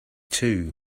too